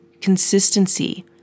consistency